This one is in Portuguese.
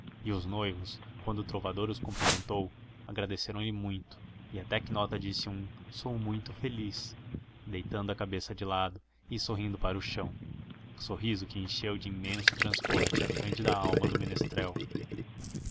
e os noivos quando o trovador os cumprimentou agradeceram lhe muito e até quinota disse um sou muito feliz deitando a cabeça de lado e sorrindo para o chão sorriso que encheu de imenso transporte a cândida alma do menestrel